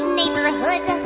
neighborhood